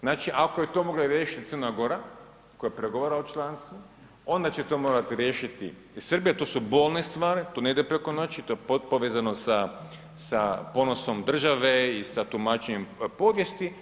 Znači, ako je to mogla riješiti Crna Gora koja pregovara o članstvu onda će to morati riješiti i Srbija, to su bolne stvari, to ne ide preko noći, to je povezano sa ponosom države i sa tumačenjem povijesti.